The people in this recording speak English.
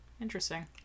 Interesting